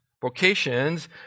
vocations